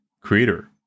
creator